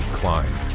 climb